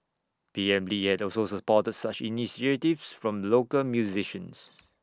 P M lee had also supported such initiatives from local musicians